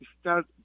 start